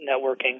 networking